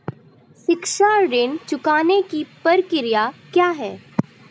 शिक्षा ऋण चुकाने की प्रक्रिया क्या है?